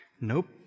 Nope